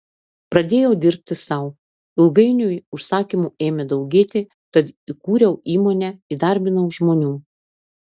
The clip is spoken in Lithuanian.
pradėjau dirbti sau ilgainiui užsakymų ėmė daugėti tad įkūriau įmonę įdarbinau žmonių